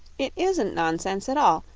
it isn't nonsense at all.